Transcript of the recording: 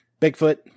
Bigfoot